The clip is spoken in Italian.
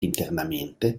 internamente